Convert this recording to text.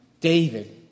David